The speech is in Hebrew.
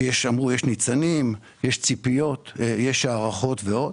אמרו שיש ניצנים, יש ציפיות, יש הערכות ועוד.